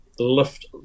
lift